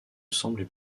semblait